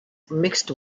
mixed